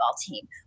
team